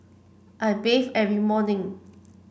I bathe every morning